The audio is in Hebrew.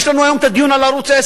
יש לנו היום הדיון על ערוץ-10.